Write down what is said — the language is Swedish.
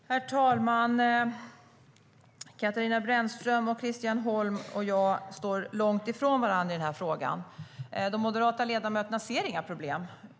Herr talman! Katarina Brännström, Christian Holm och jag står långt ifrån varandra i den här frågan. De moderata ledamöterna ser inga problem.